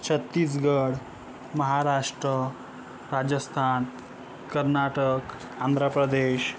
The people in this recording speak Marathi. छत्तीसगढ महाराष्ट्र राजस्थान कर्नाटक आंध्रप्रदेश